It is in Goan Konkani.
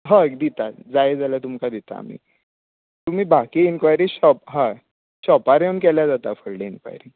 हय दितात जाय जाल्यार तुमकां दितात आमी तुमी बाकी इनक्वायरी शोपार हय शोपार येवन केल्यार जाता फुडली इनक्वायरी